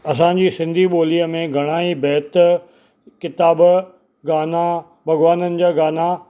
असांजी सिंधी ॿोलीअ में घणा ई बैत किताब गाना भॻवाननि जा गाना